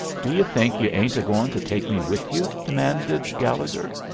do you think you ain't a-going to take me with you? demanded gallegher.